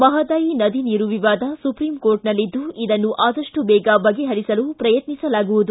ಮಹದಾಯಿ ನದಿ ನೀರು ವಿವಾದ ಸುಪ್ರೀಂಕೋರ್ಟ್ನಲ್ಲಿದ್ದು ಇದನ್ನು ಆದಷ್ಟು ಬೇಗ ಬಗೆಪರಿಸಲು ಪ್ರಯತ್ನಿಸಲಾಗುವುದು